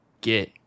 get